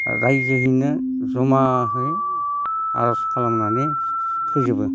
रायजोयैनो जमाहै आर'ज खालामनानै फैजोबो